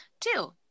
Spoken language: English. two